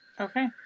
okay